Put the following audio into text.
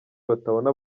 batabona